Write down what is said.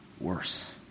worse